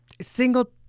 single